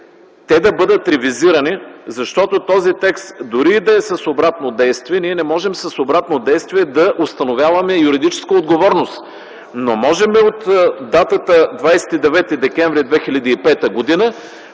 те да бъдат ревизирани, защото този текст, дори и да е с обратно действие, ние не можем с обратно действие да установяваме юридическа отговорност, но можем от датата 29 декември 2005 г. да